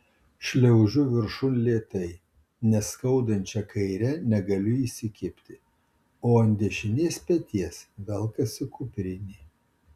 šliaužiu viršun lėtai nes skaudančia kaire negaliu įsikibti o ant dešinės peties velkasi kuprinė